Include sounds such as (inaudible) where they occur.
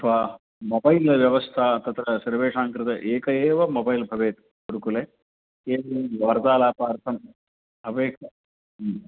अथवा मोबैल् व्यवस्था तत्र सर्वेषां कृते एकः एव मोबैल् भवेत् गुरुकुले (unintelligible) वर्तालापार्थम् अपेक्ष